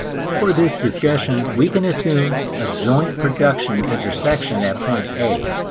for this discussion we can assume a joint production intersection at point a.